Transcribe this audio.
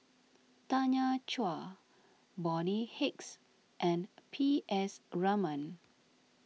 Tanya Chua Bonny Hicks and P S Raman